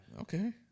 Okay